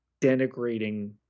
denigrating